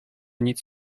nic